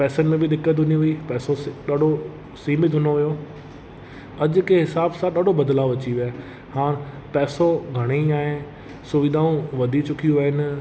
पैसनि में बि दिक़त हुंदी हुई पैसो ॾाढो सीमित हुंदो हुओ अॼ जे हिसाब सां ॾाढो बदिलाउ अची वियो आहे हाणे पैसो घणेई आहे ऐं सुविधाऊं वधी चुकियूं आहिनि